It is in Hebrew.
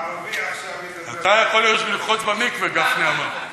אתה יכול לרחוץ במקווה, גפני אמר.